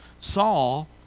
Saul